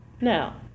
Now